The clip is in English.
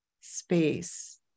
space